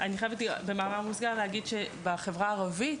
אני חייבת להגיד במאמר מוסגר, שבחברה הערבית,